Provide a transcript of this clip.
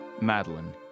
Madeline